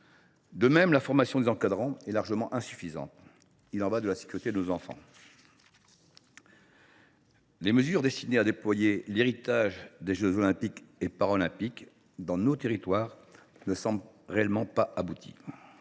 De même, la formation des encadrants est largement insuffisante. Il y va pourtant de la sécurité de nos enfants. Les mesures destinées à décliner l’héritage des jeux Olympiques et Paralympiques dans nos territoires ne semblent pas réellement abouties.